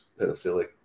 pedophilic